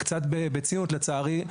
קצת בציניות לצערי,